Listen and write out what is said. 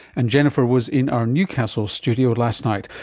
and jennifer was in our newcastle studio last night.